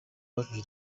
uwacu